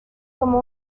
como